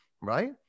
right